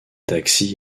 taxis